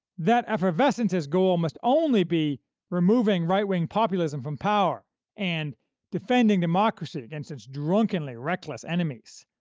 that effervescence's goal must only be removing right-wing populism from power and defend ing democracy against its drunkenly reckless enemies.